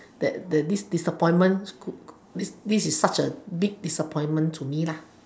that that this this disappointment could this this a such a big disappointment to me